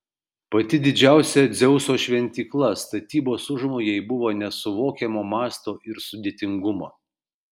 pati didžiausia dzeuso šventykla statybos užmojai buvo nesuvokiamo masto ir sudėtingumo